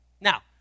Now